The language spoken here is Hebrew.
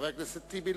חבר הכנסת טיבי,